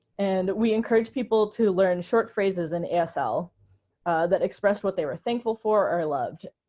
and we encouraged people to learn short phrases in asl that expressed what they were thankful for or loved.